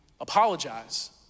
apologize